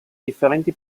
differenti